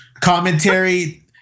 commentary